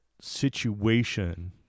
situation